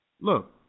look